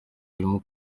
birimo